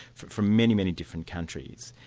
from many, many different countries,